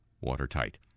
watertight